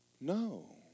no